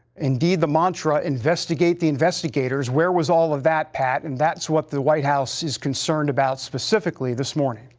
indeed, the mantra, investigate the investigators. where was all of that, pat? and that's what the white house is concerned about, specifically this morning.